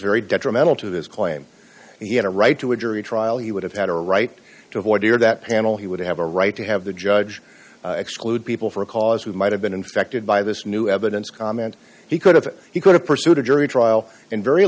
very detrimental to his claim he had a right to a jury trial he would have had a right to avoid hear that panel he would have a right to have the judge exclude people for a cause who might have been infected by this new evidence comment he could have he could have pursued a jury trial and very